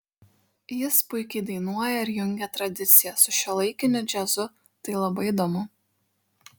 jis puikiai dainuoja ir jungia tradiciją su šiuolaikiniu džiazu tai labai įdomu